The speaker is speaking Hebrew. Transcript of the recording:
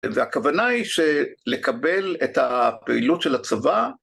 והכוונה היא שלקבל את הפעילות של הצבא.